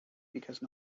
because